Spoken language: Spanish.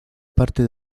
parte